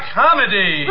comedy